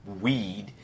weed